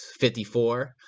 54